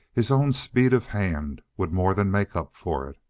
his own speed of hand would more than make up for it.